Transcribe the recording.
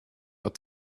but